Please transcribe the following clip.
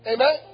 Amen